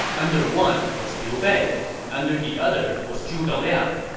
under one was liu bei, and under the other was zhuge liang.